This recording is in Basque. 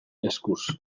eskuz